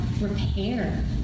repair